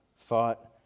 Thought